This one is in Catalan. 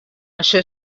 això